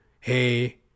hey